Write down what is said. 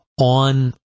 on